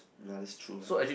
ya that's true lah